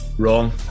wrong